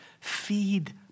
feed